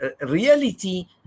reality